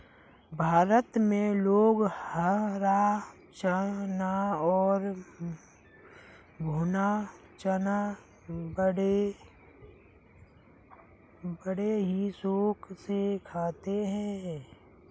भारत में लोग हरा चना और भुना चना बड़े ही शौक से खाते हैं